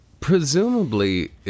presumably